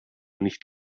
nicht